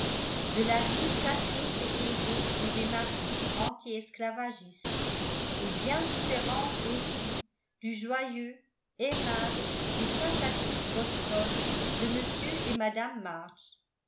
de la ville sacrée des héros et des martyrs anti esclavagistes et bien différente aussi du joyeux aimable et sympathique boston de m et mme march